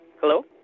Hello